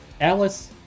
Alice